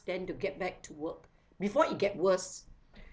then to get back to work before it get worse